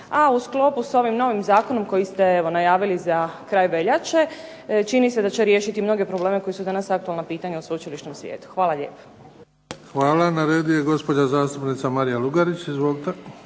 a u sklopu s ovim novim zakonom koji ste evo najavili za kraj veljače, čini se da će riješiti mnoge probleme koji su danas aktualno pitanje u sveučilišnom svijetu. Hvala lijepa. **Bebić, Luka (HDZ)** Hvala. Na redu je gospođa zastupnica Marija Lugarić, izvolite.